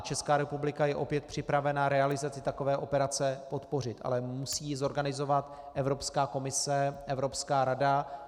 Česká republika je opět připravena realizaci takové operace podpořit, ale musí ji zorganizovat Evropská komise, Evropská rada.